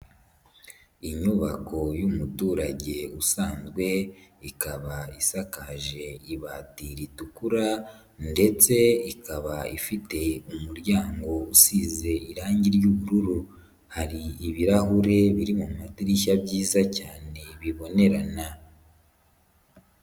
Inyubako y'umuturage usanzwe, ikaba isakaje ibati ritukura ndetse ikaba ifite umuryango usize irangi ry'ubururu. Hari ibirahure biri mu madirishya byiza cyane bibonerana.